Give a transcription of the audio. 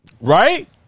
Right